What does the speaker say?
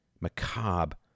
macabre